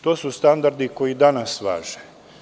To su standardi koji danas važe.